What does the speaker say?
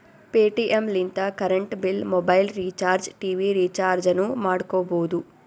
Paytm ಲಿಂತ current bill, mobile recharge, TV ರಿಚಾರ್ಜನೂ ಮಾಡ್ಕೋಬೋದು